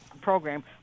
program